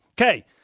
Okay